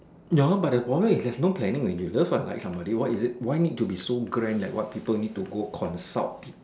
no but the problem is that there's no planning when you love or like somebody what is it why need to be so grand like what people need to go consult